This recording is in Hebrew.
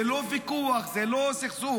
זה לא ויכוח, זה לא סכסוך.